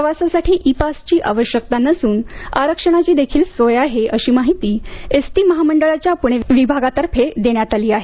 प्रवासासाठी ई पासची आवश्यकता नसून आरक्षणाची देखील सोय आहे अशी माहिती एसटी महामंडळाच्या पुणे विभागातर्फे देण्यात आली आहे